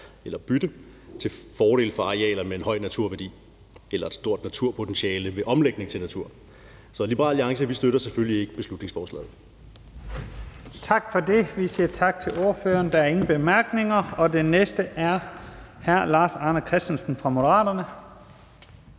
eller bytte til fordel for arealer med en høj naturværdi eller med et stort naturpotentiale ved omlægning til natur. Så Liberal Alliance støtter naturligvis ikke beslutningsforslaget. Kl. 14:22 Første næstformand (Leif Lahn Jensen): Tak for det. Vi siger tak til ordføreren. Der er ingen korte bemærkninger. Den næste ordfører er hr. Lars Arne Christensen fra Moderaterne.